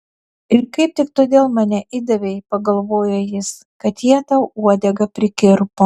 ir kaip tik todėl mane įdavei pagalvojo jis kad jie tau uodegą prikirpo